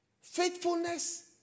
Faithfulness